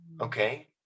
Okay